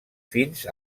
fins